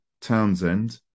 Townsend